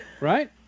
right